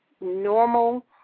normal